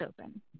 open